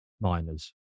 miners